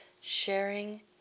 sharing